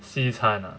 西餐 ah